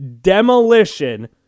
demolition